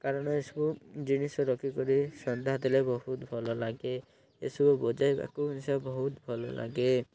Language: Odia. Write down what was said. କାରଣ ଏସବୁ ଜିନିଷ ରଖିିକରି ସନ୍ଧ୍ୟା ଦେଲେ ବହୁତ ଭଲ ଲାଗେ ଏସବୁ ବଜାଇବାକୁ ବହୁତ ଭଲ ଲାଗେ